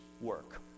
work